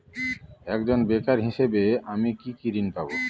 একজন বেকার হিসেবে আমি কি কি ঋণ পাব?